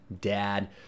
dad